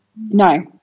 No